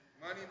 Money